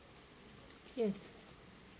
yes